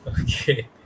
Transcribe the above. Okay